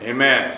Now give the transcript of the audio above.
Amen